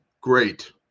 Great